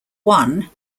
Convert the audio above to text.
one